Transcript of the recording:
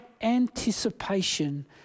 anticipation